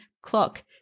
clock